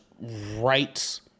right